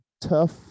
tough